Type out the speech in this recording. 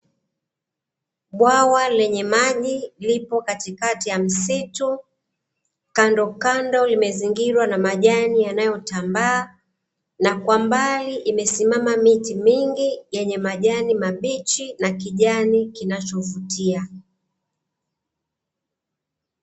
Bwawa lenye maji lipo katikati ya msitu kando kando limezingirwa na majani yanayotambaa, na kwa mbali imesimama miti mingi yenye majani mabichi na kijani kinachovutia.